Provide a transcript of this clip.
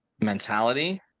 mentality